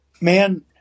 Man